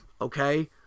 Okay